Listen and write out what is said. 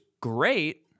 great